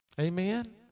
Amen